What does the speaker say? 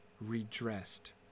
redressed